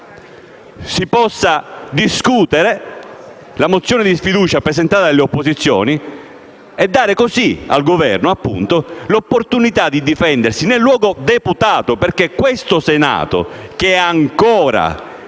si possa discutere la mozione di sfiducia presentata dalle opposizioni e dare così al Governo l'opportunità di difendersi nel luogo deputato. Ciò affinché in questo Senato, che è ancora